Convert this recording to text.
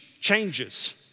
changes